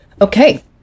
Okay